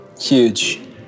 huge